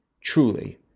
Truly